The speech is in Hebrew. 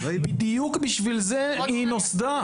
בדיוק בשביל זה היא נוסדה.